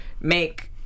make